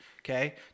okay